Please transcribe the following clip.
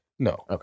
No